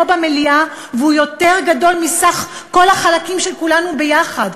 במליאה והוא יותר גדול מסך כל החלקים של כולנו ביחד,